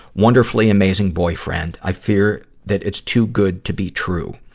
wonderfully amazing boyfriend. i fear that it's too good to be true.